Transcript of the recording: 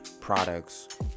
products